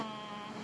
uh